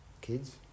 kids